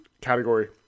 category